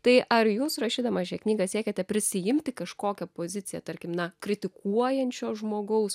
tai ar jūs rašydama šią knygą siekėte prisiimti kažkokią poziciją tarkim na kritikuojančio žmogaus